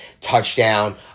touchdown